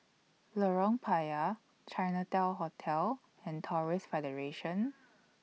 Lorong Payah Chinatown Hotel and Taoist Federation